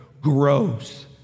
grows